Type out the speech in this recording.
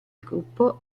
gruppo